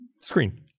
screen